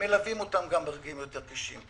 הם מלווים אותם גם ברגעים היותר קשים.